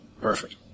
Perfect